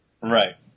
Right